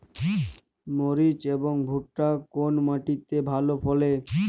মরিচ এবং ভুট্টা কোন মাটি তে ভালো ফলে?